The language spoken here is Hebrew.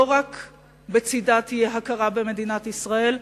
לא תהיה בצדה רק הכרה במדינת ישראל.